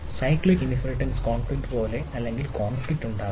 cyclic inheritance conflict പോലെ അല്ലെങ്കിൽ conflict ഉണ്ടാകാം